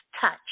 touch